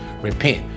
repent